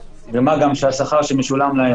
המאפיין הזה שהוא משק סגור.